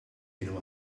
kienu